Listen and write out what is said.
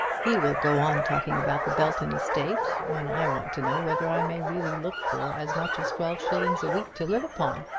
he will go on talking about the belton estate, when i want to know whether i may really look for as much as twelve shillings a week to live upon.